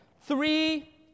Three